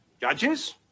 judges